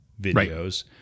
videos